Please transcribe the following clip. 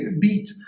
beat